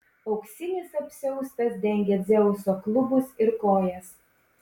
auksinis apsiaustas dengė dzeuso klubus ir kojas